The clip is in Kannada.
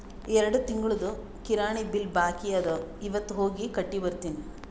ಎರಡು ತಿಂಗುಳ್ದು ಕಿರಾಣಿ ಬಿಲ್ ಬಾಕಿ ಅದ ಇವತ್ ಹೋಗಿ ಕಟ್ಟಿ ಬರ್ತಿನಿ